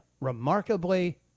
remarkably